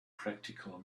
practical